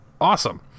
Awesome